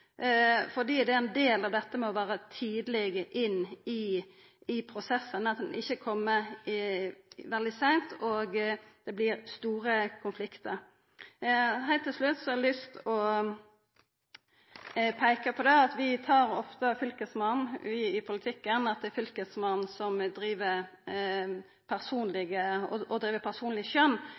fordi det er ein del av dette med å vera tidleg inne i prosessen – at ein ikkje kjem veldig seint inn og det vert store konfliktar. Heilt til slutt: Eg har lyst til å peika på at vi i politikken ofte seier at Fylkesmannen driv med personleg skjønn. Dersom det er sånn at det er fylkesmannsembete rundt omkring som driv med personleg